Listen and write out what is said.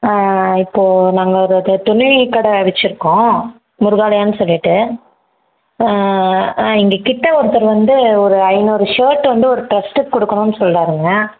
இப்போது நாங்கள் ஒரு துணி கடை வெச்சுருக்கோம் முருகாலயானு சொல்லிவிட்டு ஆ எங்கக்கிட்ட ஒருத்தர் வந்து ஒரு ஐநூறு ஷேர்ட் வந்து ஒரு டிரஸ்ட்டுக்கு கொடுக்கணுனு சொல்கிறாருங்க